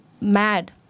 mad